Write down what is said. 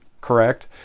correct